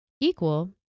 equal